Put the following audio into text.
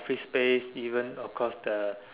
fish space even of course the